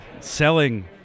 selling